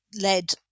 led